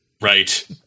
right